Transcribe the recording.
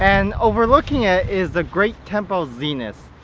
and overlooking it is the great temple of zenith